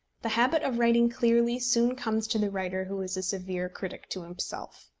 the habit of writing clearly soon comes to the writer who is a severe critic to himself.